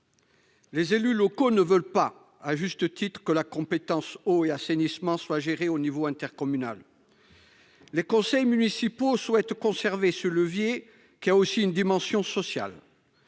Les élus locaux ne veulent pas, à juste titre, que la compétence eau et assainissement soit gérée à l'échelon intercommunal. Les conseils municipaux souhaitent conserver ce levier, qui a aussi une dimension sociale.